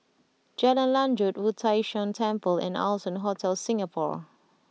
Jalan Lanjut Wu Tai Shan Temple and Allson Hotel Singapore